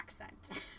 accent